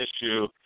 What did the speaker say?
issue